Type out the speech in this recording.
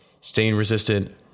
stain-resistant